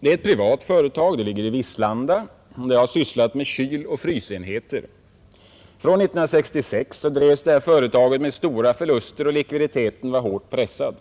Det är ett privat företag som ligger i Vislanda, och det har sysslat med kyloch frysenheter. Från 1966 drevs företaget med stora förluster, och likviditeten var hårt pressad.